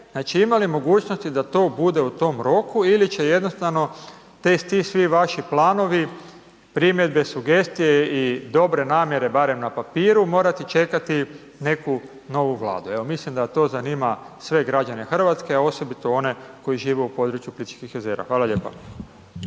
ima li mogućnosti da to bude u tom roku ili će jednostavno ti svi vaši planovi, primjedbe i sugestije i dobre namjere barem na papiru morati čekati neku novu Vladu, evo mislim da to zanima sve građane Hrvatske, a osobito one koji žive u području Plitvičkih jezera. Hvala lijepa.